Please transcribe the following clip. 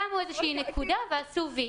שמו איזו שהיא נקודה ועשו "וי",